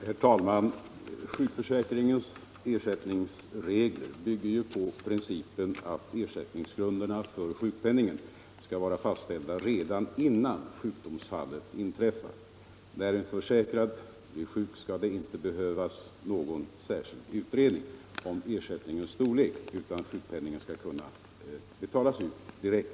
Herr talman! Sjukförsäkringens ersättningsregler bygger ju på principen att ersättningsgrunderna för sjukpenningen skall vara fastställda redan innan sjukdomsfallet inträffar. När en försäkrad blir sjuk skall det inte — Nr 36 behövas någon särskild utredning om ersättningens storlek, utan sjuk Torsdagen den penningen skall kunna betalas ut direkt.